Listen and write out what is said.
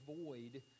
avoid